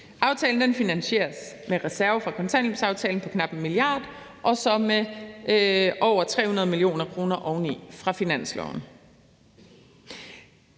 Aftalen finansieres med en reserve fra kontanthjælpsaftalen på knap 1 mia. kr. og så med over 300 mio. kr. oveni fra finansloven.